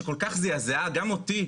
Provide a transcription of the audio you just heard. שכל כך זעזעה גם אותי,